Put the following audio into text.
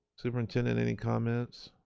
superintendent, any comments?